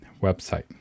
website